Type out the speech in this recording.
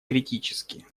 критически